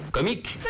Comique